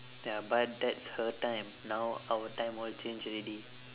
ya but that's her time now our time all change already